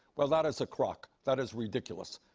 well, that is a crock. that is ridiculous.